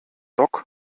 dock